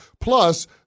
Plus